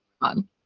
on